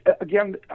Again